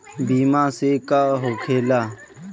बीमा से का होखेला?